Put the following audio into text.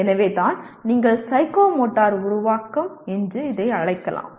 எனவேதான் நீங்கள் சைக்கோமோட்டர் உருவாக்கம் என்று அழைக்கலாம்